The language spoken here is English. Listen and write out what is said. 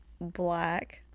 black